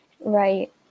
right